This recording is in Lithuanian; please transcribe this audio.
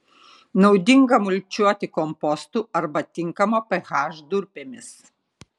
naudinga mulčiuoti kompostu arba tinkamo ph durpėmis